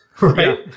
right